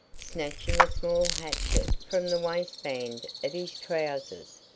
snatching a small hatchet from the waistband of his trousers,